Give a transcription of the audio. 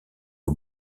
aux